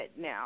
now